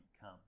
come